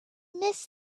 miss